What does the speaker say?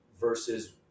versus